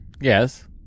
yes